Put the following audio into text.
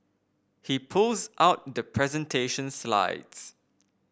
he pulls out the presentation slides